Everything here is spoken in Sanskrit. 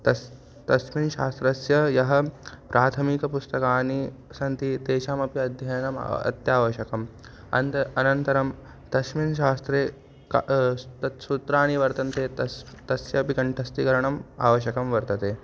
तस् तस्मिन् शास्त्रस्य यः प्राथमिकपुस्तकानि सन्ति तेषामपि अध्ययनम् अत्यावश्यकम् अन्त अनन्तरं तस्मिन् शास्त्रे क तत्सूत्राणि वर्तन्ते तस्य तस्य अपि कण्ठस्थीकरणम् आवश्यकं वर्तते